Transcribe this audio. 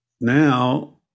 now